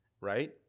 Right